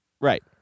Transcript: Right